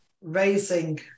raising